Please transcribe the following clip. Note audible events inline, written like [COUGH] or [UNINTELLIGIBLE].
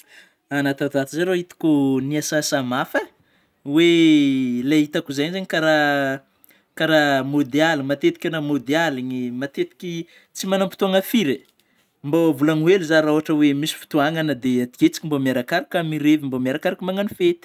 Anao tatoato zay rô itako niasa asa mafy e; oe ilay itako zeigny kara [HESITATION] kara mody aliny matetika anao mody aliny matetiky tsy manam-potoana firy e mbô volagno hely zaho rehefa misy anao dia akeo tsika mba miarakaraka mirevy miarakaraka magnano fety [UNINTELLIGIBLE]